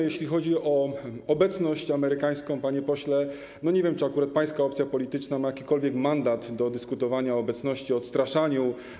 Jeśli chodzi o obecność amerykańską, panie pośle, to nie wiem, czy akurat pańska opcja polityczna ma jakikolwiek mandat do dyskutowania o obecności, o odstraszaniu.